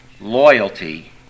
loyalty